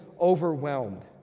overwhelmed